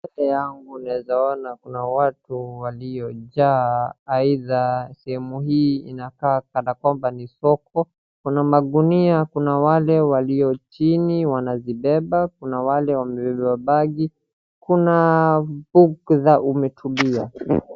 Mbele yangu naweza ona kuna watu waliojaa either sehemu hii inakaa kana kwamba ni soko. Kuna magunia kuna wale walio chini wanazibeba kuna wale wamebeba bagi kuna bugdha umetulia.